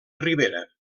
ribera